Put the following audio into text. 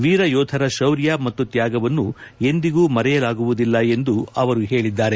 ವೀರ ಯೋಧರ ಶೌರ್ಯ ಮತ್ತು ತ್ನಾಗವನ್ನು ಎಂದಿಗೂ ಮರೆಯಲಾಗುವುದಿಲ್ಲ ಎಂದು ಹೇಳಿದ್ದಾರೆ